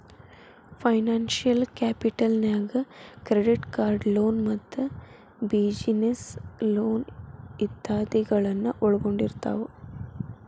financial capital ನ್ಯಾಗ್ credit card loan ಮತ್ತ business loan ಇತಾದಿಗಳನ್ನ ಒಳ್ಗೊಂಡಿರ್ತಾವ